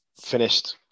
finished